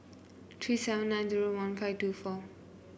three seven nine zero one five two four